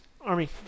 army